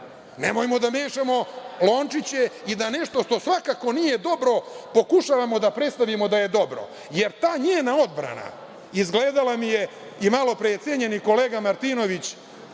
Nemojmo da mešamo lončiće i da nešto što svakako nije dobro pokušavamo da predstavimo da je dobro, jer ta mi je njena odbrana izgledala, malopre je cenjeni kolega Martinović